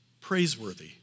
praiseworthy